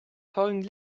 pouring